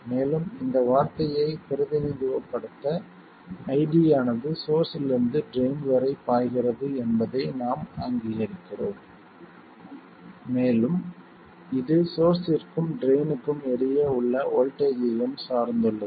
மேலும் இந்த வார்த்தையைப் பிரதிநிதித்துவப்படுத்த iD ஆனது சோர்ஸ்ஸிலிருந்து ட்ரைன் வரை பாய்கிறது என்பதை நாம் அங்கீகரிக்கிறோம் மேலும் இது சோர்ஸ்ஸிற்கும் ட்ரைன்க்கும் இடையே உள்ள வோல்ட்டேஜ் ஐயும் சார்ந்துள்ளது